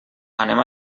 anem